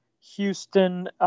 Houston